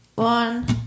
One